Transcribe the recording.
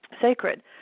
sacred